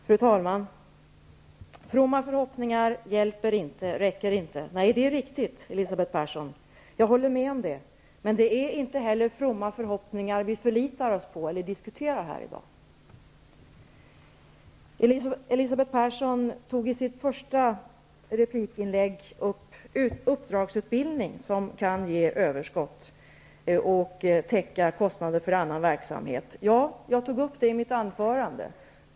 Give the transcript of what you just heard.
Fru talman! Fromma förhoppningar hjälper inte, räcker inte. Det är riktigt, Elisabeth Persson, jag håller med om det. Men det är inte heller fromma förhoppningar vi förlitar oss på eller diskuterar här i dag. Elisabeth Persson nämnde i sin första replik uppdragsutbildning som kan ge överskott och täcka kostnader för annan verksamhet. Ja, jag tog upp det i mitt anförande.